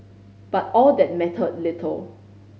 but all that mattered little